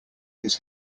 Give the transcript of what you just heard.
his